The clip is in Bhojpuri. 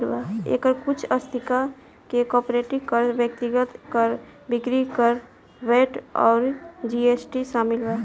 एकर कुछ तरीका में कॉर्पोरेट कर, व्यक्तिगत कर, बिक्री कर, वैट अउर जी.एस.टी शामिल बा